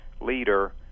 leader